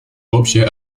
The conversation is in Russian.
общая